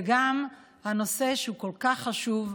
וגם הנושא שהוא כל כך חשוב,